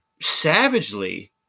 savagely